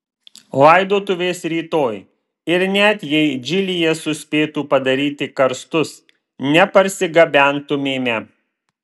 laidotuvės rytoj ir net jei džilyje suspėtų padaryti karstus neparsigabentumėme